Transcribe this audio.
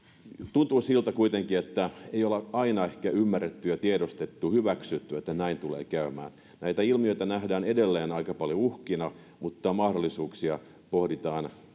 tuntuu kuitenkin siltä että ei olla aina ehkä ymmärretty tiedostettu ja hyväksytty että näin tulee käymään näitä ilmiöitä nähdään edelleen aika paljon uhkina mahdollisuuksia pohditaan tietysti